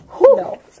No